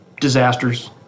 disasters